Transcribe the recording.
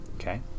okay